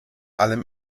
allem